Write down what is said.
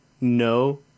no